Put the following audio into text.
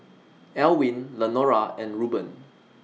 Elwin Lenora and Reuben